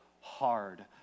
hard